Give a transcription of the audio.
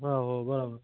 हो हो बरोबर